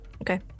Okay